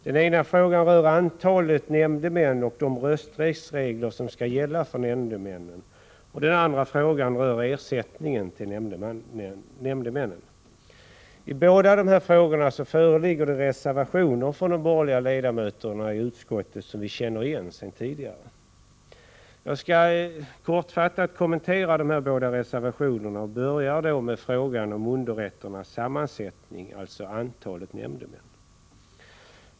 Den ena frågan rör antalet nämndemän och de rösträttsregler som skall gälla för nämndemännen, och den andra frågan rör ersättningen till nämndemännen. I båda dessa frågor föreligger reservationer, som vi också känner igen sedan tidigare, från de borgerliga ledamöterna i utskottet. Jag skall kortfattat kommentera dessa reservationer, och jag börjar med frågan om underrätternas sammansättning, dvs. antalet nämndemän.